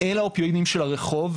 אל האופיואידים של הרחוב,